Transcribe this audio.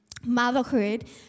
motherhood